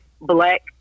black